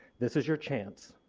this is your chance.